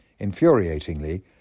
Infuriatingly